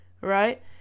right